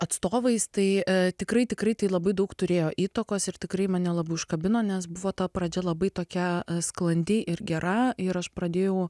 atstovais tai tikrai tikrai tai labai daug turėjo įtakos ir tikrai mane labai užkabino nes buvo ta pradžia labai tokia sklandi ir gera ir aš pradėjau